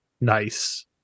Nice